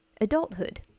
adulthood